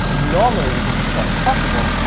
normally this is not possible.